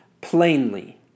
plainly